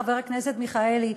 חבר הכנסת מיכאלי,